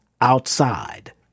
outside